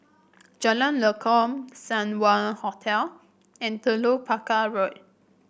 Jalan Lekub Seng Wah Hotel and Telok Paku Road